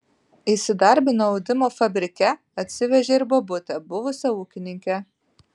įsidarbino audimo fabrike atsivežė ir bobutę buvusią ūkininkę